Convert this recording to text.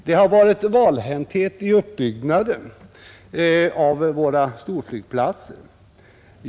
Det har förekommit valhänthet vid uppbyggnaden av våra storflygplatser.